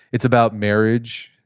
it's about marriage,